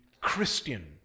Christian